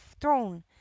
throne